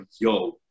yo